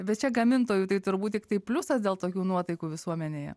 bet čia gamintojui tai turbūt tiktai pliusas dėl tokių nuotaikų visuomenėje